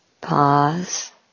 pause